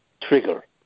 trigger